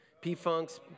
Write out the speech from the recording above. P-Funks